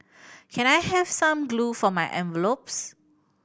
can I have some glue for my envelopes